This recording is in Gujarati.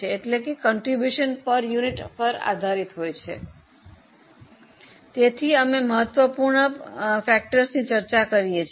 તેથી અમે મહત્વપૂર્ણ પરિબળોની ચર્ચા કરી છે